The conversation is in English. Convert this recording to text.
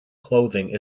clothing